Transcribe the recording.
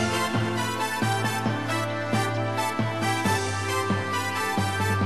אני מתכבד לפתוח את ישיבת הכנסת שהיא